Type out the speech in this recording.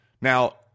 Now